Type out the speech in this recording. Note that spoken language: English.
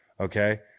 okay